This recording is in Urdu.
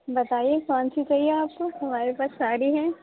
بتائیے کون سی چاہیے آپ کو ہمارے پاس ساری ہیں